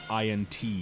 INT